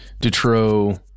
detroit